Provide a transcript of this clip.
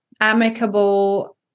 amicable